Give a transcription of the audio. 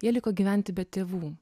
jie liko gyventi be tėvų